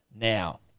Now